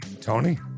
Tony